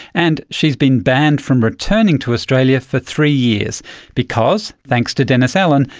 and she has been banned from returning to australia for three years because, thanks to dennis allan,